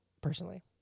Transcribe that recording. personally